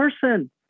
person